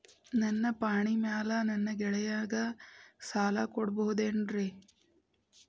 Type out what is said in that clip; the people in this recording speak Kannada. ನನ್ನ ಪಾಣಿಮ್ಯಾಲೆ ನನ್ನ ಗೆಳೆಯಗ ಸಾಲ ಕೊಡಬಹುದೇನ್ರೇ?